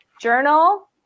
journal